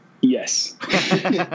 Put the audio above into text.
Yes